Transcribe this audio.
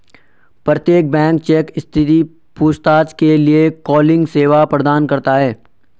प्रत्येक bank check स्थिति पूछताछ के लिए कॉलिंग सेवा प्रदान करता हैं